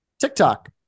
tiktok